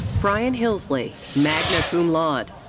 brian hillsley, magna cum laude.